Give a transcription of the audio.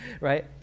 right